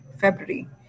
February